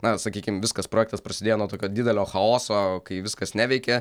na sakykim viskas projektas prasidėjo nuo tokio didelio chaoso kai viskas neveikė